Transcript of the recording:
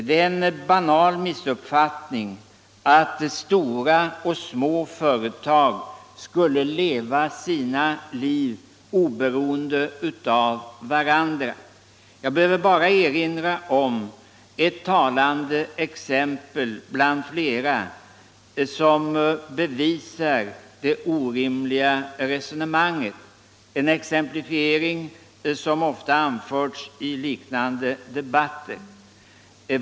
Det är en banal missuppfattning att stora och små företag skulle leva sina egna liv oberoende av varandra. Jag behöver bara erinra om ett talande exempel bland flera som bevisar det orimliga i resonemanget — en exemplifiering som ofta anförts i liknande debatter.